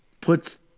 puts